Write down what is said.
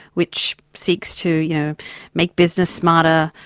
which seeks to you know make business smarter,